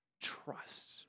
trust